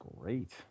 great